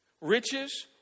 riches